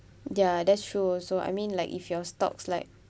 ya that's true also I mean like if your stocks like